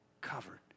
covered